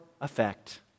effect